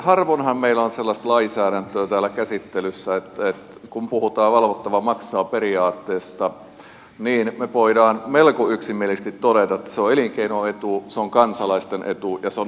harvoinhan meillä on sellaista lainsäädäntöä täällä käsittelyssä että kun puhutaan valvottava maksaa periaatteesta niin me voimme melko yksimielisesti todeta että se on elinkeinon etu se on kansalaisten etu ja se on ympäristön etu